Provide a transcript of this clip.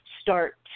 start